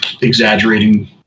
exaggerating